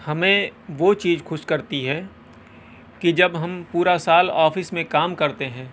ہمیں وہ چیز خوش کرتی ہے کہ جب ہم پورا سال آفس میں کام کرتے ہیں